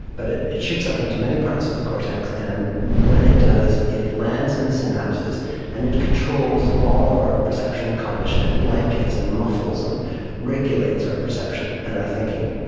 but it it shoots up into many parts of the cortex, and when it does it lands in the synapses and it controls all of our perception and cognition, it blankets and muffles and regulates our perception and our thinking.